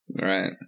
Right